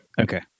Okay